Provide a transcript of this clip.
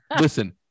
Listen